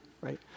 Right